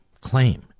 claim